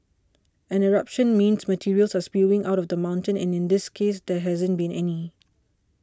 an eruption means materials are spewing out of the mountain and in this case there hasn't been any